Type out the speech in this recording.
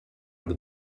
per